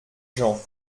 jean